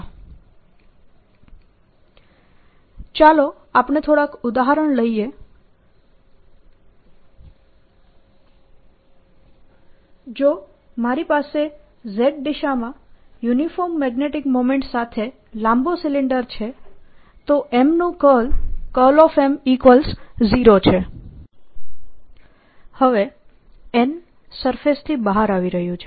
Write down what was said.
Kbound nM JboundM ચાલો આપણે થોડાક ઉદાહરણ લઈએ જો મારી પાસે z દિશામાં યુનિફોર્મ મેગ્નેટિક મોમેન્ટ સાથે લાંબો સિલિન્ડર છે તો M નું કર્લ M0 છે n સરફેસથી બહાર આવી રહ્યું છે